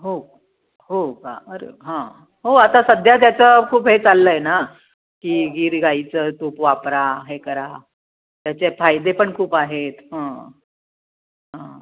हो हो का अरे हां हो आता सध्या त्याचं खूप हे चाललं आहे ना की गिर गाईचं तूप वापरा हे करा त्याचे फायदे पण खूप आहेत हां हां